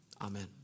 amen